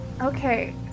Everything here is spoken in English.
Okay